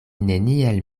neniel